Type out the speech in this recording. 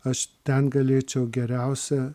aš ten galėčiau geriausia